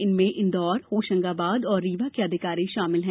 इनमें इंदौर होशंगाबाद और रीवा के अधिकारी शामिल हैं